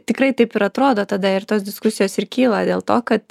tikrai taip ir atrodo tada ir tos diskusijos ir kyla dėl to kad